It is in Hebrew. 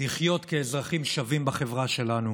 לחיות כאזרחים שווים בחברה שלנו.